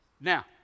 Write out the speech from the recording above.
Now